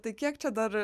tai kiek čia dar